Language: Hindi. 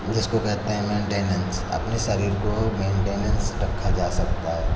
जिसको कहते हैं मेन्टेनेंस अपने शरीर को मेन्टेनेंस रखा जा सकता है